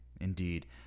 indeed